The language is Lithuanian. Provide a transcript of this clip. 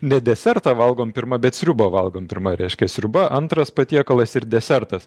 ne desertą valgom pirma bet sriubą valgom pirma reiškia sriuba antras patiekalas ir desertas